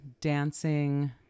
dancing